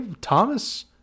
Thomas